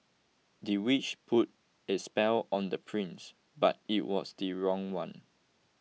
the witch put a spell on the prince but it was the wrong one